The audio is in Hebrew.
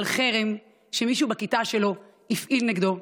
על חרם שמישהו בכיתה שלו הפעיל נגדו.